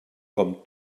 com